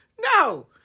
no